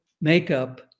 makeup